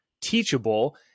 teachable